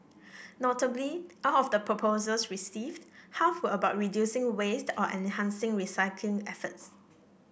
notably out of the proposals received half were about reducing waste or enhancing recycling efforts